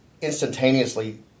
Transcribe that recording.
instantaneously